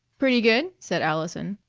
pretty good, said allison.